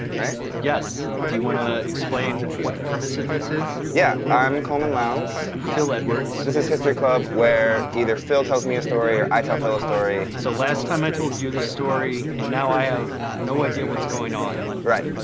right? yes, do you want to explain what the premise of this is? yeah, i'm coleman lowndes. i'm phil edwards. this is history club, where either phil tells me a story or i tell phil a story. so last time i told you this story, and now i have no idea what's going on. right.